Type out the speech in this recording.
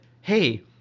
hey